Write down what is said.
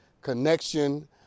connection